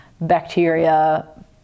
bacteria